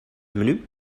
menu